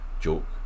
joke